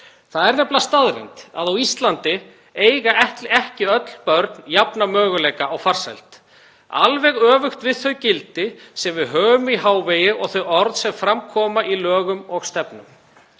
Það er nefnilega staðreynd að á Íslandi eiga ekki öll börn jafna möguleika á farsæld, alveg öfugt við þau gildi sem við höfum í hávegum og þau orð sem fram koma í lögum og stefnum.